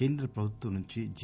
కేంద్ర ప్రభుత్వం నుంచి జి